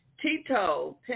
Tito